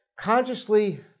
consciously